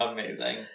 Amazing